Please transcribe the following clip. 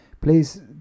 please